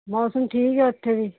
ਮੌਸਮ ਠੀਕ ਹੈ ਇੱਥੇ ਵੀ